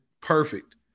perfect